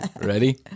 Ready